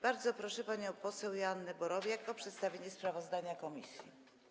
Bardzo proszę panią poseł Joannę Borowiak o przedstawienie sprawozdania komisji.